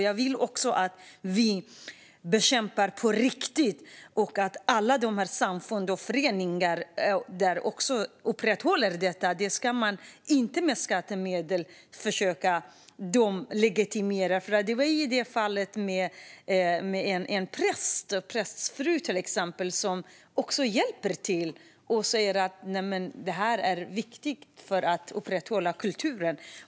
Jag vill också att vi på riktigt bekämpar alla de samfund och föreningar som upprätthåller detta. Man ska inte försöka legitimera dem med skattemedel. Till exempel var det i ett fall så att en präst och prästens fru hjälpte till och sa att det här är viktigt för att upprätthålla kulturen.